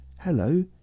Hello